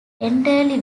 entirely